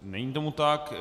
Není tomu tak.